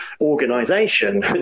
organization